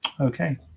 Okay